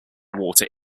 water